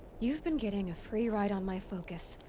you've been getting a free ride on my focus.